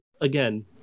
Again